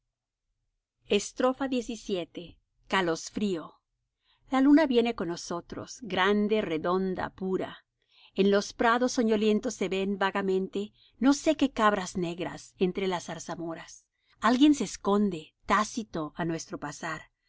parece mentira xvii calosfrío la luna viene con nosotros grande redonda pura en los prados soñolientos se ven vagamente no sé qué cabras negras entre las zarzamoras alguien se esconde tácito á nuestro pasar